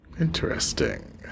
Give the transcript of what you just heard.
Interesting